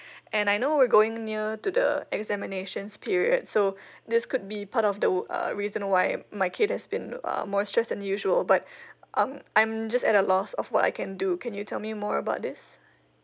and I know we're going near to the examinations period so this could be part of the why uh reason why my kid has been uh more stress than usual but um I'm just at a lost of what I can do can you tell me more about this